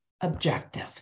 objective